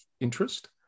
interest